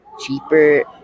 Cheaper